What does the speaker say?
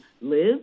live